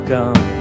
come